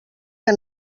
que